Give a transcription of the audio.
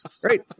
Great